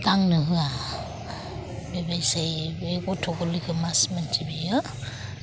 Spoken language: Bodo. दांनो होआ बेबायसायै बे गथ' गोरलैखौ मास मोनसे बियो